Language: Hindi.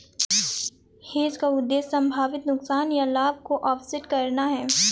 हेज का उद्देश्य संभावित नुकसान या लाभ को ऑफसेट करना है